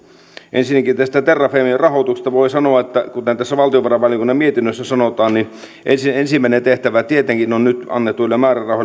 ensinnäkin tästä terrafamen rahoituksesta voi sanoa kuten tässä valtiovarainvaliokunnan mietinnössä sanotaan että ensimmäinen tehtävä tietenkin on nyt annetuilla määrärahoilla